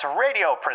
Radio